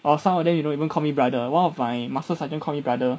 or some of them you know even call me brother one of my master sergeant call me brother